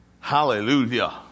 Hallelujah